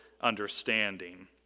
understanding